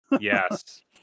yes